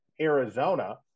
arizona